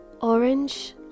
orange